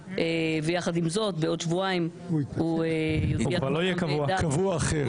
ויחד עם זאת בעוד שבועיים הוא --- קבוע אחר,